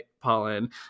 pollen